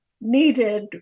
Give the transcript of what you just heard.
needed